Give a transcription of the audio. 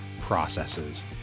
processes